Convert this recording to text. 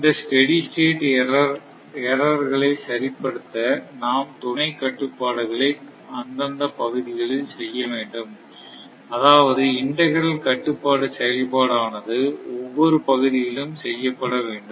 இந்த steady state error களை சரிப்படுத்த நாம் துணை கட்டுப்பாடுகளை அந்தந்த பகுதிகளில் செய்ய வேண்டும் அதாவது இன்டெகிரல் கட்டுப்பாட்டு செயல்பாடு ஆனது ஒவ்வொரு பகுதியிலும் செய்யப்பட வேண்டும்